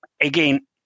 Again